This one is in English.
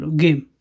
game